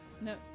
No